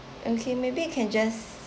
okay maybe you can just